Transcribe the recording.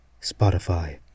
Spotify